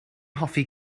hoffi